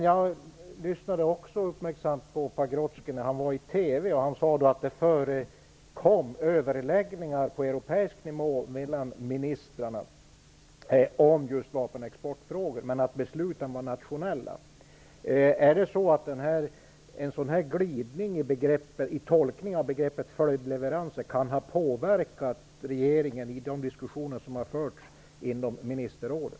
Jag lyssnade uppmärksamt på Leif Pagrotsky när han var i TV, och han sade då att det förekom överläggningar på europeisk nivå mellan ministrarna om just vapenexportfrågor, men att besluten var nationella. Är det så att en sådan här glidning i tolkningen av begreppet följdleveranser kan ha påverkat regeringen i de diskussioner som har förts i ministerrådet?